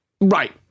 Right